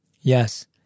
Yes